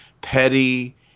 petty